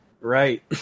Right